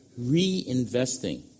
reinvesting